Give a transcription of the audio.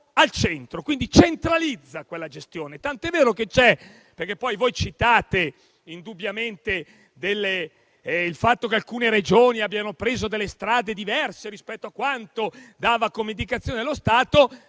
quindi, centralizza quella gestione. Voi citate indubbiamente il fatto che alcune Regioni abbiano preso delle strade diverse rispetto a quanto dava come indicazione lo Stato.